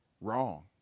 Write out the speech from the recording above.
wrong